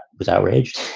was outraged